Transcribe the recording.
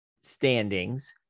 standings